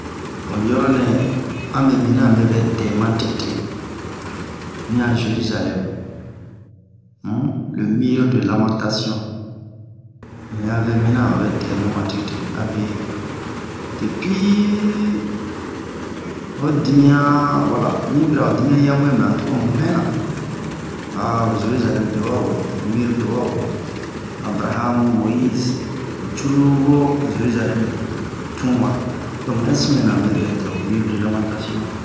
ho yoro nɛ a mɛ mina ame vɛ dɛ ma tete mi'a jerizalem um le mir de lamatation mɛya vɛ mina a vɛ dɛmu ma tete abe depi o dimiyan wala un'mi bira yo dimiyan yiabwɛ mɛ an tuka mu mɛna ho jerizalem bewa woro ho mir bewa woro abraham moise mu cruru wo Zerizalɛm tun wa don muya sin mɛna a mɛ vɛ dɛ ho mur de lamentation